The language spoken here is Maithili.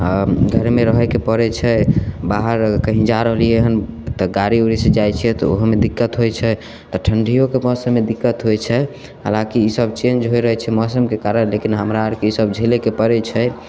आओर घरमे रहएके पड़ैत छै बाहर कहीँ जा रहलियै हन तऽ गाड़ी ओड़ी से जाय छिअय तऽ ओहु मे दिक्कत होयत छै आ ठन्डीयोके मौसममे दिक्कत होयत छै हालाँकि ई सब चेंज होय रहैत छै मौसमके कारण लेकिन हमरा आरके ई सब झेलैके पड़ैत छै